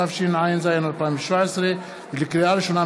התשע"ז 2017. לקריאה ראשונה,